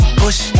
push